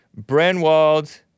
Brenwald